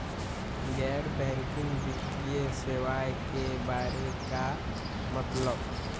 गैर बैंकिंग वित्तीय सेवाए के बारे का मतलब?